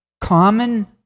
Common